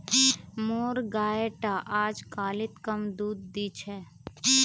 मोर गाय टा अजकालित कम दूध दी छ